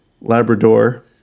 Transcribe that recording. Labrador